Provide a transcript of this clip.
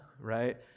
right